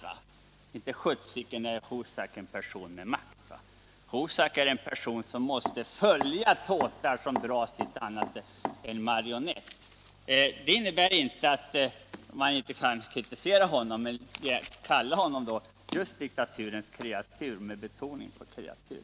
Och inte sjutton är Husak en person med makt! Han är en person som måste agera i de tåtar som dras av någon annan, han är en marionett. Det innebär inte att man inte kan kritisera honom, men kalla honom då just ett diktaturens kreatur, med betoning på kreatur!